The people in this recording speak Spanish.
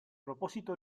propósito